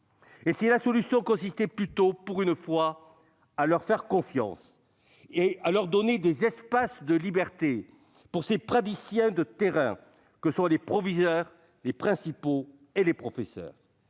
Et si la solution consistait plutôt, pour une fois, à leur faire confiance et à laisser des espaces de liberté à ces praticiens de terrain que sont les proviseurs, les principaux et les professeurs